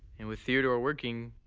and with theodore working,